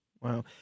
Wow